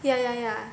ya ya ya